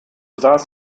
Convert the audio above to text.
saß